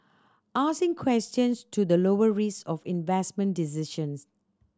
asking questions to the lower risk of investment decisions